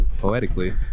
Poetically